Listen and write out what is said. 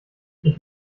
ich